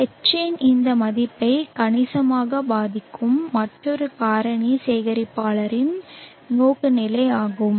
H இன் இந்த மதிப்பை கணிசமாக பாதிக்கும் மற்றொரு காரணி சேகரிப்பாளரின் நோக்குநிலை ஆகும்